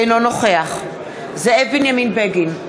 אינו נוכח זאב בנימין בגין,